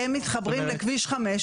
הם מתחברים לכביש 5,